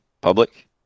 public